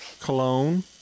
Cologne